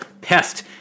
pest